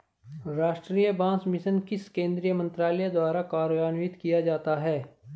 राष्ट्रीय बांस मिशन किस केंद्रीय मंत्रालय द्वारा कार्यान्वित किया जाता है?